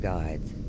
guides